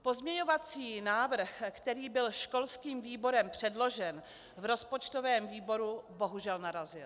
Pozměňovací návrh, který byl školským výborem předložen, v rozpočtovém výboru bohužel narazil.